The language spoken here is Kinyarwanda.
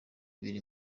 biri